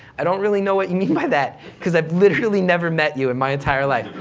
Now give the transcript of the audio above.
i don't really know what you mean by that because i've literally never met you in my entire life.